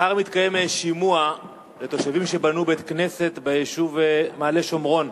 מחר מתקיים שימוע לתושבים שבנו בית-כנסת ביישוב מעלה-שומרון,